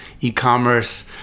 e-commerce